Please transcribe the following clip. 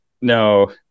No